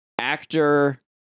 Actor